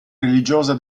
religiosa